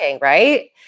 right